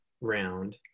round